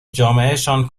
جامعهشان